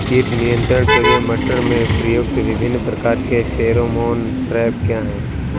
कीट नियंत्रण के लिए मटर में प्रयुक्त विभिन्न प्रकार के फेरोमोन ट्रैप क्या है?